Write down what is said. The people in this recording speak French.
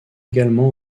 également